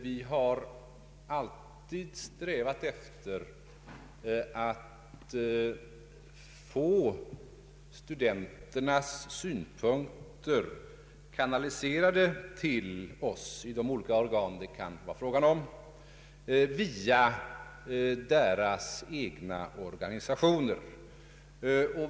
Vi har alltid strävat efter att få studenternas synpunkter kanaliserade till oss i de olika organ det kan vara frågan om via deras egna organisationer.